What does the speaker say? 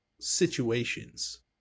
situations